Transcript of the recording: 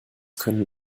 können